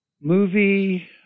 Movie